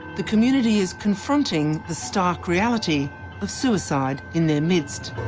the community is confronting the stark reality of suicide in their midst,